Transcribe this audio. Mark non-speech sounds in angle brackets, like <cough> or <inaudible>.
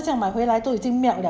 真的我没有骗你 <breath>